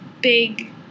big